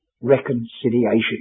reconciliation